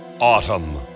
Autumn